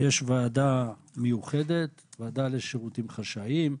יש ועדה מיוחדת, ועדה לשירותים חשאיים,